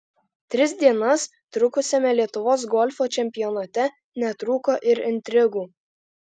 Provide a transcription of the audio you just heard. tris dienas trukusiame lietuvos golfo čempionate netrūko ir intrigų